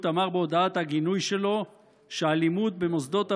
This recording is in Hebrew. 52, והפעם, על האלימות בהדסה.